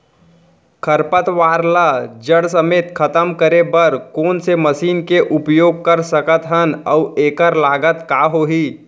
खरपतवार ला जड़ समेत खतम करे बर कोन से मशीन के उपयोग कर सकत हन अऊ एखर लागत का होही?